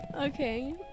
Okay